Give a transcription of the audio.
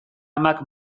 amak